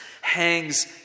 hangs